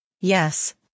Yes